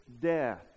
death